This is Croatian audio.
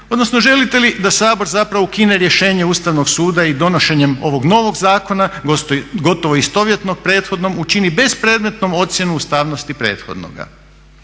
odnosno želite li da Sabor ukine rješenje Ustavnog suda i donošenjem ovog novog zakona gotovo istovjetno prethodnom učini bespredmetnom ocjenu ustavnosti prethodnoga?